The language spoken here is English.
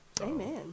Amen